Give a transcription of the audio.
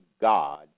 God